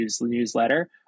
newsletter